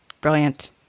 Brilliant